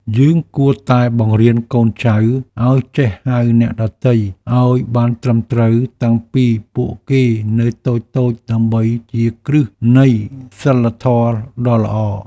យើងគួរតែបង្រៀនកូនចៅឱ្យចេះហៅអ្នកដទៃឱ្យបានត្រឹមត្រូវតាំងពីពួកគេនៅតូចៗដើម្បីជាគ្រឹះនៃសីលធម៌ដ៏ល្អ។